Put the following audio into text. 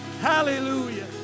Hallelujah